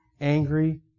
angry